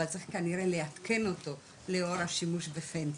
אבל צריך כנראה לעדכן אותו לאור השימוש ב-FENTA,